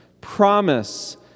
promise